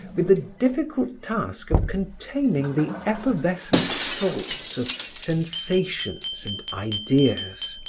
with the difficult task of containing the effervescent salts of sensations and ideas.